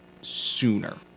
sooner